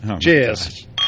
cheers